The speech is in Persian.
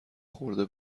خورده